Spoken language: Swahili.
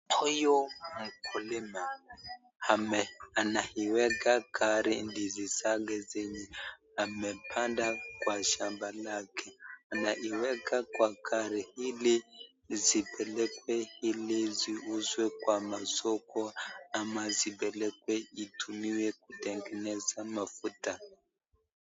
Huyu mkulima anaiweka gari ndizi zake zenye amepanda kwa shamba lake, anaiweka kwa gari ili zipelekwe ili ziuzwe kwa masoko ama zipelekwe itumiwe kutengeneza mafuta.